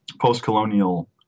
post-colonial